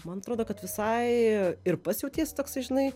man atrodo kad visai ir pats jautiesi toksai žinai